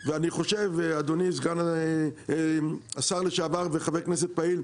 ואני חושב אדוני סגן השר לשעבר וחבר כנסת פעיל,